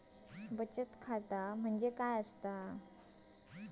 बचत खाता म्हटल्या काय?